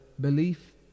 belief